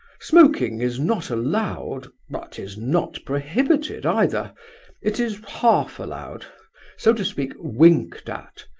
smoking is not allowed, but is not prohibited either it is half allowed so to speak, winked at.